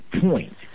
point